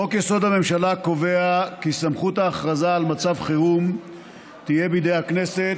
חוק-יסוד: הממשלה קובע כי סמכות ההכרזה על מצב חירום תהיה בידי הכנסת,